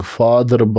father